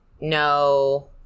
No